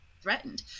threatened